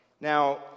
Now